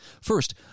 First